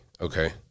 okay